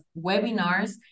webinars